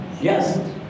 Yes